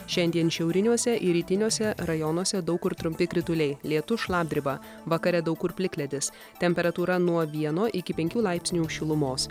šiandien šiauriniuose ir rytiniuose rajonuose daug kur trumpi krituliai lietus šlapdriba vakare daug kur plikledis temperatūra nuo vieno iki penkių laipsnių šilumos